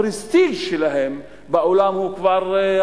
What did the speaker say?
הפרסטיז' שלהם בעולם הוא כבר,